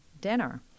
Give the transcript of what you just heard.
dinner